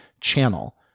channel